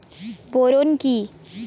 Boron কি?